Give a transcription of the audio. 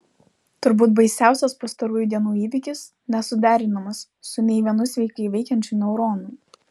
turbūt baisiausias pastarųjų dienų įvykis nesuderinamas su nei vienu sveikai veikiančiu neuronu